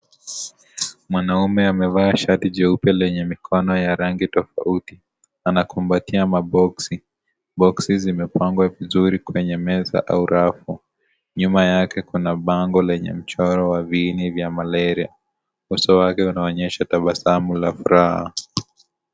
Mwanaume amevaa shati jeupe lenye mikono ya rangi tofauti, anakumbatia maboksi , boksi zimepangwa vizuri kwenye meza au rafu. Nyuma yake kuna bango lenye mchoro wa viini vya malaria , uso wake unaonyesha tabasamu na furaha.